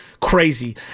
crazy